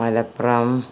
Malappuram